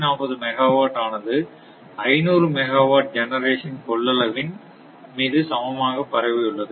240 megawatt ஆனது 500 megawatt generation கொள்ளளவின் மீது சமமாக பரவியுள்ளது